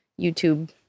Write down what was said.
youtube